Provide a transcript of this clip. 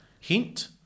Hint